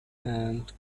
and